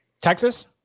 Texas